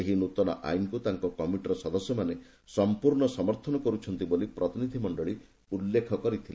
ଏହି ନ୍ନତନ ଆଇନକୁ ତାଙ୍କ କମିଟିର ସଦସ୍ୟମାନେ ସମ୍ପର୍ଣ୍ଣ ସମର୍ଥନ କରୁଛନ୍ତି ବୋଲି ପ୍ରତିନିଧି ମଣ୍ଡଳୀ ଉଲ୍ଲେଖ କରିଥିଲେ